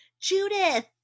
Judith